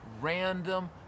random